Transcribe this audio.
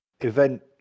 event